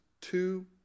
two